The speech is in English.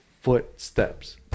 footsteps